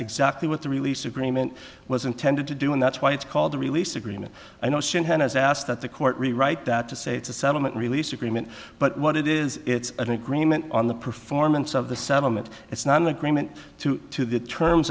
exactly what the release agreement was intended to do and that's why it's called the release agreement notion has asked that the court rewrite that to say it's a settlement release agreement but what it is it's an agreement on the performance of the settlement it's not an agreement through to the terms